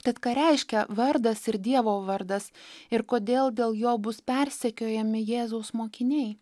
tad ką reiškia vardas ir dievo vardas ir kodėl dėl jo bus persekiojami jėzaus mokiniai